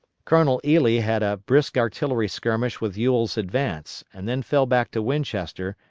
colonel ely had a brisk artillery skirmish with ewell's advance, and then fell back to winchester,